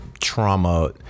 trauma